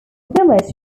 village